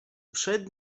przed